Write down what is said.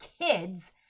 kids